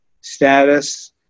status